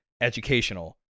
educational